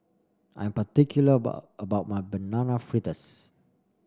I am particular about about my Banana Fritters